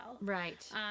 Right